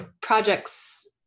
projects